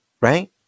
Right